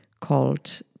called